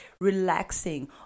relaxing